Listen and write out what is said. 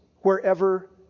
wherever